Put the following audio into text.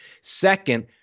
Second